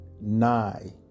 nigh